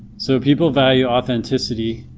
so people value authenticity